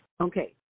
Okay